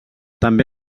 també